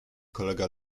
kolega